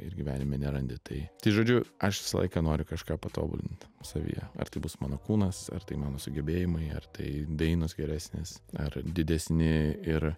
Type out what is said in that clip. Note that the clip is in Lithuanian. ir gyvenime nerandi tai žodžiu aš visą laiką noriu kažką patobulint savyje ar tai bus mano kūnas ar tai mano sugebėjimai ar tai dainos geresnės ar didesni ir